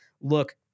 look